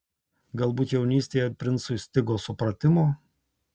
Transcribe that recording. galbūt jaunystėje princui stigo supratimo